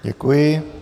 Děkuji.